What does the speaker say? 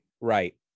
right